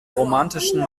romantischen